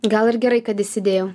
gal ir gerai kad įsidėjau